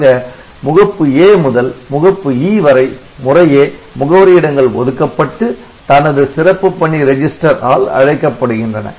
ஆக முகப்பு A முதல் முகப்பு E வரை முறையே முகவரி இடங்கள் ஒதுக்கப்பட்டு தனது சிறப்பு பணி ரெஜிஸ்டர் ஆல் அழைக்கப்படுகின்றன